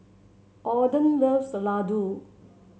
Ogden loves Ladoo